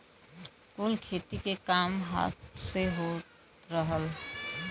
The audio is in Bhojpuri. कुल खेती के काम हाथ से होत रहल